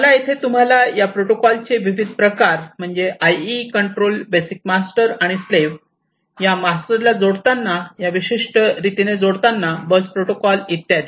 मला येथे तुम्हाला या प्रोटोकॉलचे विविध प्रकार म्हणजे आयई कंट्रोल बेसिकमास्टर आणि स्लेव्ह या मास्टरला जोडताना या विशिष्ट रीतीने जोडताना बस प्रोटोकॉल इत्यादी